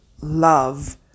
love